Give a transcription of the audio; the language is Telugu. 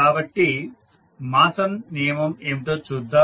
కాబట్టి మాసన్ నియమం ఏమిటో చూద్దాం